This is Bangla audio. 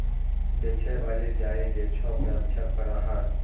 দ্যাশের বাইরে যাঁয়ে যে ছব ব্যবছা ক্যরা হ্যয়